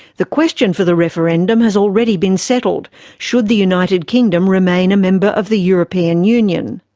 the question for the referendum has already been settled should the united kingdom remain a member of the european union?